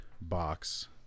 box